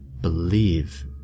believe